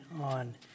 on